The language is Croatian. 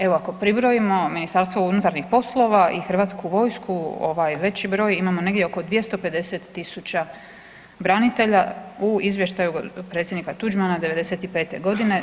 Evo ako pribrojimo Ministarstvo unutarnjih poslova i Hrvatsku vojsku ovaj veći broj imamo negdje oko 250 000 branitelja u izvještaju predsjednika Tuđmana '95. godine.